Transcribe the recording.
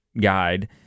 guide